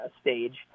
stage